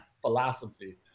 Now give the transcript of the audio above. philosophy